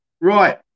Right